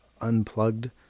unplugged